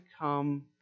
come